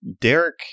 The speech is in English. Derek